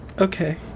Okay